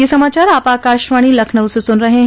ब्रे क यह समाचार आप आकाशवाणी लखनऊ से सुन रहे हैं